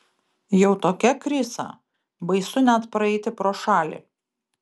jau tokia krisa baisu net praeiti pro šalį